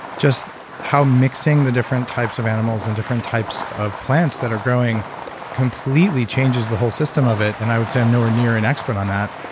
just how mixing the different types of animals and different types of plants that are growing completely changes the whole system of it, and i would say i'm nowhere near an expert on that.